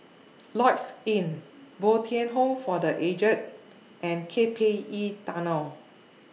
Lloyds Inn Bo Tien Home For The Aged and K P E Tunnel